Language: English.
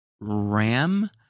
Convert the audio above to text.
Ram